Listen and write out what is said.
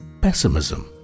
pessimism